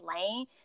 lane